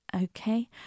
okay